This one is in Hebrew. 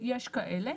יש כאלה.